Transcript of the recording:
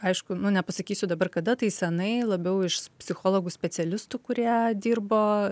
aišku nu nepasakysiu dabar kada tai senai labiau iš psichologų specialistų kurie dirbo